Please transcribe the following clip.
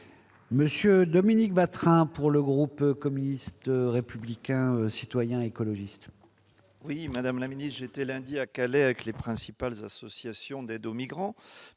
M. Dominique Watrin, pour le groupe communiste républicain citoyen et écologiste. Madame la ministre, j'étais lundi à Calais avec les principales associations d'aide aux migrants